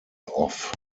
off